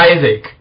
Isaac